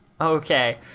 okay